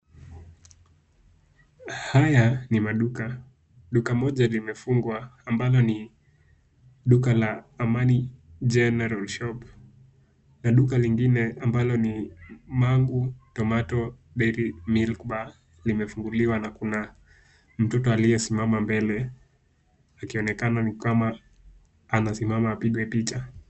Haya ni maduka, duka moja limefungwa ambalo ni duka la Amani General shop na duka lingine ambalo ni Magu Tomato Dairy Milk Bar limefunguliwa na kuna mtoto aliyesimama mbele akionekana ni kama anasimama apigwe picha.